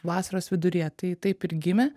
vasaros viduryje tai taip ir gimė